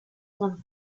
one